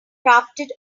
crafted